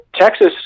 Texas